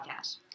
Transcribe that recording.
podcast